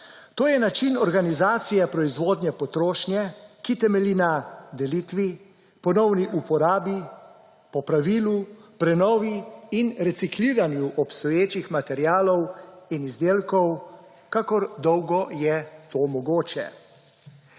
To je način organizacije proizvodnje in potrošnje, ki temelji na delitvi, ponovni uporabi, popravilu, prenovi in recikliranju obstoječih materialov in izdelkov, kakor dolgo je to mogoče.